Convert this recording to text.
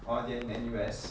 or they are in N_U_S